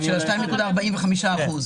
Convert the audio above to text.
של ה-2.45%.